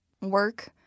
work